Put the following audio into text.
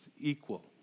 equal